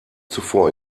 zuvor